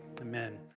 amen